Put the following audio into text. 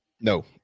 No